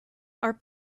our